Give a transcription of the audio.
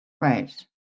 Right